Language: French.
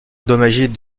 endommagés